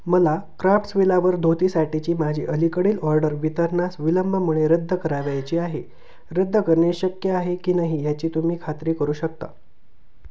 मला क्राफ्ट्स विलावर धोतीसाठीची माझी अलीकडील ऑर्डर वितरणास विलंबामुळे रद्द करावयाची आहे रद्द करणे शक्य आहे की नाही याची तुम्ही खात्री करू शकता